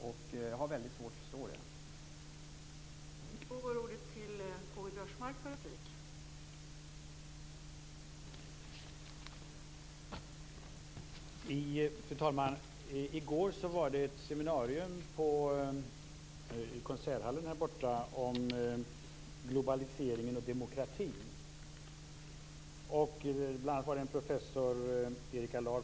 Jag har väldigt svårt att förstå det.